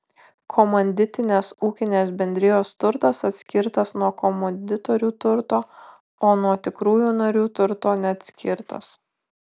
komanditinės ūkinės bendrijos turtas atskirtas nuo komanditorių turto o nuo tikrųjų narių turto neatskirtas